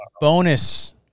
bonus